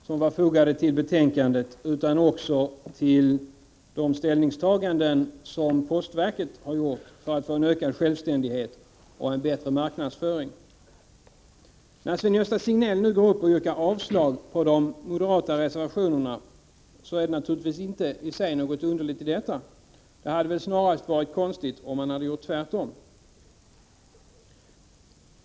Herr talman! Jag sade i mitt anförande att jag yrkade bifall inte bara till de moderata reservationer som är fogade till betänkandet utan också till de ställningstaganden som postverket har gjort för att få en ökad självständighet och en bättre marknadsanpassning. " När Sven-Gösta Signell nu yrkar avslag på de moderata reservationerna är det-naturligtvis inte i sig något underligt i detta. Det hade väl snarast varit konstigt om han hade gjort tvärtom.